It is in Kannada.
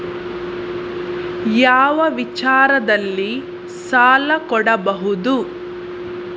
ಯಾವ ವಿಚಾರದಲ್ಲಿ ಸಾಲ ಕೊಡಬಹುದು?